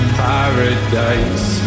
paradise